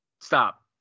Stop